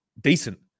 decent